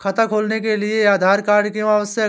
खाता खोलने के लिए आधार क्यो आवश्यक है?